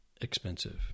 expensive